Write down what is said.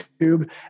YouTube